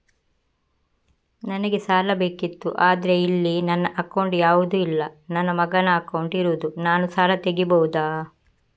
ನನಗೆ ಸಾಲ ಬೇಕಿತ್ತು ಆದ್ರೆ ಇಲ್ಲಿ ನನ್ನ ಅಕೌಂಟ್ ಯಾವುದು ಇಲ್ಲ, ನನ್ನ ಮಗನ ಅಕೌಂಟ್ ಇರುದು, ನಾನು ಸಾಲ ತೆಗಿಬಹುದಾ?